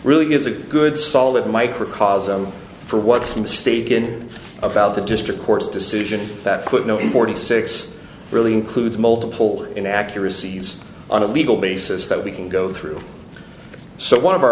really gives a good solid microcosm for what's mistaken about the district court's decision that put no in forty six really includes multiple in accuracies on a legal basis that we can go through so one of our